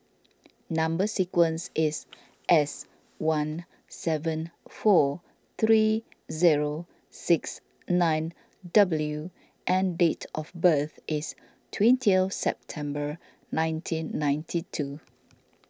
Number Sequence is S one seven four three zero six nine W and date of birth is twentieth September nineteen ninety two